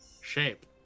Shape